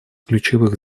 ключевых